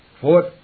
Fourth